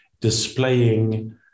displaying